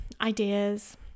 ideas